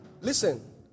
Listen